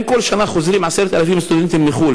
אם כל שנה חוזרים 10,000 הסטודנטים מחו"ל